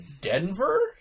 Denver